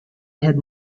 had